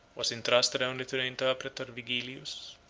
was intrusted only to the interpreter vigilius.